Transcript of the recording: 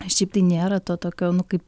šiaip tai nėra to tokio nu kaip